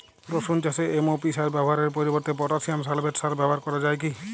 রসুন চাষে এম.ও.পি সার ব্যবহারের পরিবর্তে পটাসিয়াম সালফেট সার ব্যাবহার করা যায় কি?